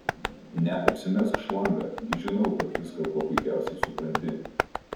neapsimesk šlanga gi žinau kad viską kuo puikiausiai supranti